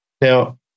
Now